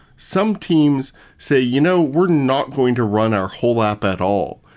some teams say, you know, we're not going to run our whole app at all.